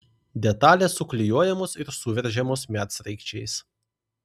detalės suklijuojamos ir suveržiamos medsraigčiais